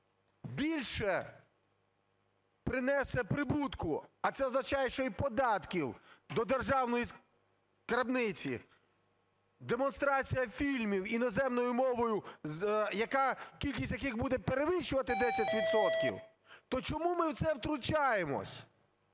більше принесе прибутку, а це означає, що і податків до державної скарбниці демонстрація фільмів іноземною мовою, кількість яких буде перевищувати 10 відсотків, то чому ми в це втручаємось?